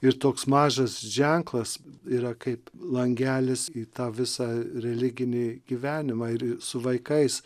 ir toks mažas ženklas yra kaip langelis į tą visą religinį gyvenimą ir su vaikais